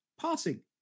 passing